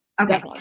Okay